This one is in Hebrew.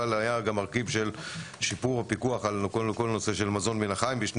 אבל היה גם מרכיב של שיפור ופיקוח על כל נושא המזון מן החי בשני